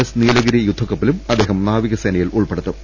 S Nilgiri യുദ്ധക്കപ്പലും അദ്ദേഹം നാവിക സേനയിൽ ഉൾപ്പെ ടുത്തും